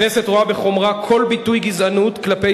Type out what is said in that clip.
הכנסת רואה בחומרה כל ביטוי גזענות כלפי